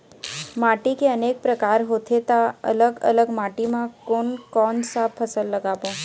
माटी के अनेक प्रकार होथे ता अलग अलग माटी मा कोन कौन सा फसल लगाबो?